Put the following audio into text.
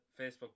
Facebook